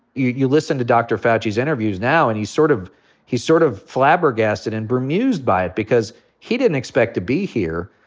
you listen to dr. fauci's interviews now, and he's sort of he's sort of flabbergasted and bemused by it because he didn't expect to be here.